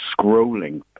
scrolling